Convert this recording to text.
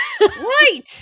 right